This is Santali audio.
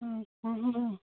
ᱟᱪᱪᱷᱟ ᱦᱮᱸ